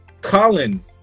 colin